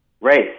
Race